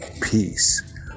peace